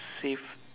safe